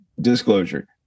disclosure